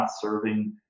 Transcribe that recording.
serving